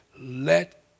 let